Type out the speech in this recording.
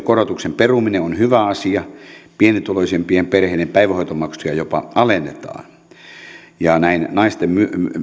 korotuksen peruminen on hyvä asia pienituloisimpien perheiden päivähoitomaksuja jopa alennetaan ja näin naisten